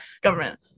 government